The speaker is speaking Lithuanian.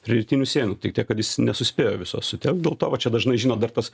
rytinių sienų tik tiek kad jis nesuspėjo visos sutelkt dėl to va čia dažnai žinot dar tas